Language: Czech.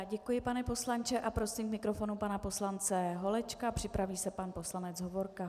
Děkuji, pane poslanče, a prosím k mikrofonu pana poslance Holečka, připraví se pan poslanec Hovorka.